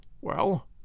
well—